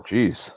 Jeez